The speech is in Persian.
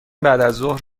بعدازظهر